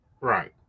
Right